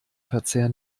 verzehr